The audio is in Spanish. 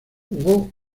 jugó